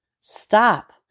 Stop